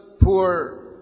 poor